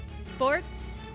Sports &